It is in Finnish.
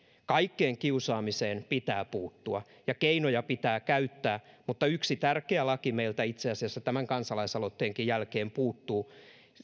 kaikkeen kiusaamiseen pitää puuttua ja keinoja pitää käyttää mutta yksi tärkeä laki meiltä itse asiassa tämän kansalaisaloitteenkin jälkeen puuttuu